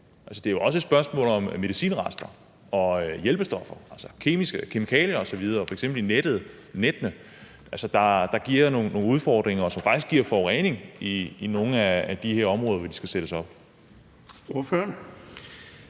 Det er jo også et spørgsmål om medicinrester og hjælpestoffer, f.eks. kemikalier i nettene, der giver nogle udfordringer, og som faktisk giver forurening i nogle af de her områder, hvor de skal sættes op.